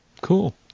Cool